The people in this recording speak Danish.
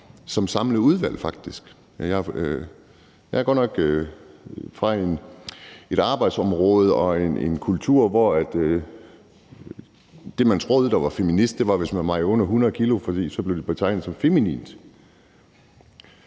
som samlet udvalg. Jeg kommer godt nok fra et arbejdsområde og en kultur, hvor det, man troede var en feminist, var, hvis man vejede under 100 kg, for så blev det betegnet som feminint.